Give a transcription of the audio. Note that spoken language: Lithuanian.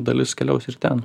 dalis keliaus ir ten